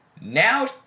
Now